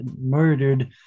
murdered